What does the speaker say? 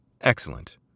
Excellent